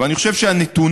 ואני חושב שהנתונים,